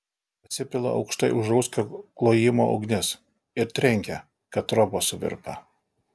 pasipila aukštai už rauckio klojimo ugnis ir trenkia kad trobos suvirpa